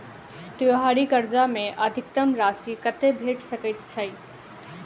त्योहारी कर्जा मे अधिकतम राशि कत्ते भेट सकय छई?